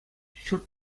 ҫурт